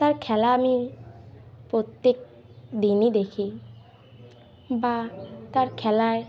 তার খেলা আমি প্রত্যেক দিনই দেখি বা তার খেলায়